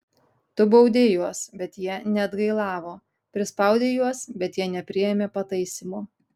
tu baudei juos bet jie neatgailavo prispaudei juos bet jie nepriėmė pataisymo